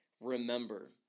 remember